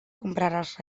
compraràs